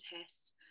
tests